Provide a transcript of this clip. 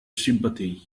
sympathy